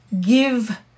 give